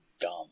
dumb